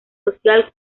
social